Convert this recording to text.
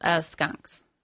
skunks